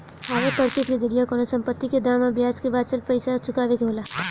hire purchase के जरिया कवनो संपत्ति के दाम आ ब्याज के बाचल पइसा चुकावे के होला